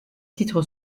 titre